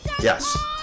yes